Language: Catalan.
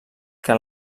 que